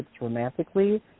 romantically